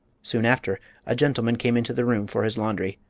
soon after a gentleman came into the room for his laundry.